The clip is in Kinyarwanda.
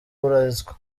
ubarizwa